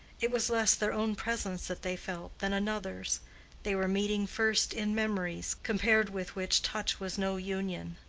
it was less their own presence that they felt than another's they were meeting first in memories, compared with which touch was no union.